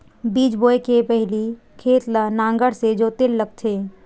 बीज बोय के पहिली खेत ल नांगर से जोतेल लगथे?